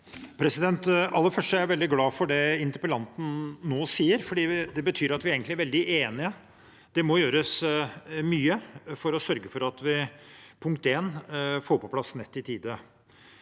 først er jeg veldig glad for det interpellanten nå sier. Det betyr at vi egentlig er veldig enige. Det må gjøres mye for å sørge for at vi som punkt én får på plass nett i tide.